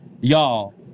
y'all